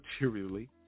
materially